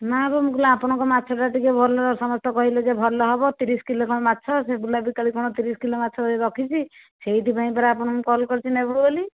ନା ମ ମୁଁ କହିଲି ଆପଣଙ୍କ ମାଛଟା ଟିକିଏ ସମସ୍ତେ ଭଲ କହିଲେ ଯେ ଭଲ ହେବ ତିରିଶ କିଲୋ ଖଣ୍ଡେ ମାଛ ସେ ବୁଲା ବିକାଳୀ କ'ଣ ତିରିଶ କିଲୋ ଖଣ୍ଡେ ମାଛ ରଖିଛି ସେଇଥିପାଇଁ ପରା ଆପଣଙ୍କୁ କଲ୍ କରିଛି ନେବି ବୋଲି